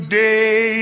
day